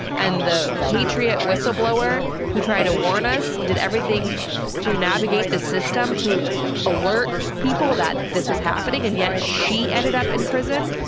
and the patriot whistleblower who tried to warn us did everything to navigate the system to alert people that this was happening and yet she ended up in prison.